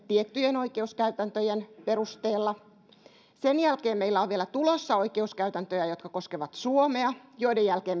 tiettyjen oikeuskäytäntöjen perusteella sen jälkeen meillä on vielä tulossa oikeuskäytäntöjä jotka koskevat suomea ja joiden jälkeen